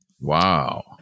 Wow